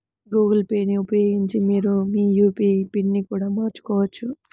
Google Pay ని ఉపయోగించి మీరు మీ యూ.పీ.ఐ పిన్ని కూడా మార్చుకోవచ్చు